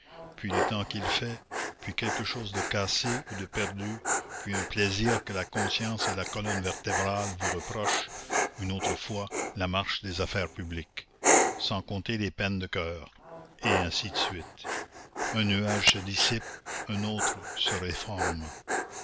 puis le temps qu'il fait puis quelque chose de cassé ou de perdu puis un plaisir que la conscience et la colonne vertébrale vous reprochent une autre fois la marche des affaires publiques sans compter les peines de coeur et ainsi de suite un nuage se dissipe un autre se reforme